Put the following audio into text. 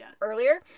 earlier